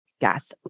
Yes